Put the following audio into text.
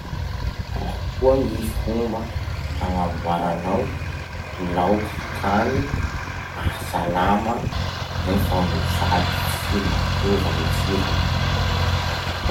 Ahoa gny fomba hagnamboaranao laoky hany mahasalama nefa no sady tsy mampiova gny tsirony?